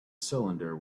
cylinder